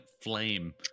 flame